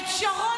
את שרון,